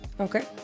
Okay